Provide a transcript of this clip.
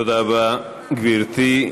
תודה רבה, גברתי.